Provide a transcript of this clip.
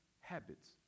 habits